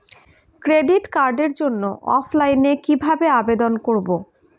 Credit কার্ডের জন্য অফলাইনে কিভাবে আবেদন করব?